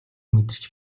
мэдэрч